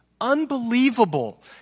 Unbelievable